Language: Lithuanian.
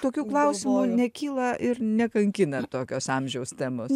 tokių klausimų nekyla ir nekankina tokios amžiaus temos